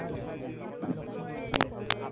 দে